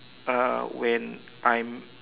uh when I'm